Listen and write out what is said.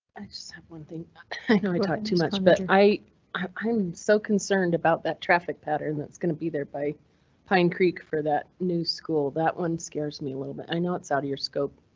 like so one thing i talked too much, but i i i'm so concerned about that traffic pattern that's going to be there by pine creek for that new school. that one scares me a little bit. i know it's out of your scope.